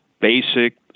basic